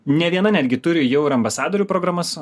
nė viena netgi turi jau ir ambasadorių programas